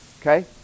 Okay